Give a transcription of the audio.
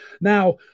Now